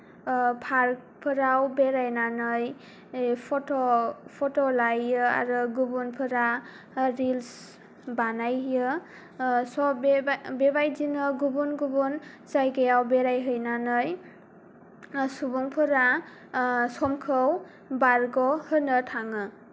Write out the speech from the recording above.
पार्कफोराव बेरायनानै फट' फट' लायो आरो गुबुनफोरा रिल्स बानायहैयो स' बे बेबायदिनो गुबुन गुबुन जायगायाव बेरायहैनानै सुबुंफोरा समखौ बारग'होनो थाङो